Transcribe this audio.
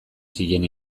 zien